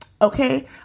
Okay